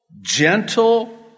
Gentle